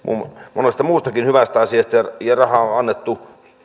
monesta muustakin hyvästä asiasta ja rahaa on annettu